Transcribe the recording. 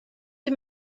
sie